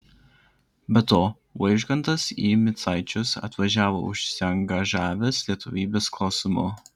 be to vaižgantas į micaičius atvažiavo užsiangažavęs lietuvybės klausimu